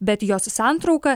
bet jos santrauka